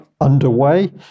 underway